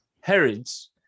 Herod's